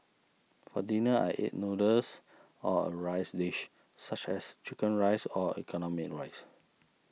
for dinner I eat noodles or a rice dish such as Chicken Rice or economy rice